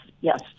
Yes